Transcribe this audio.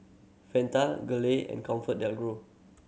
Fanta Gelare and ComfortDelGro